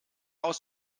aus